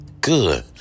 good